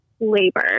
labor